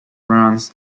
runs